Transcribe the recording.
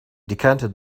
decanted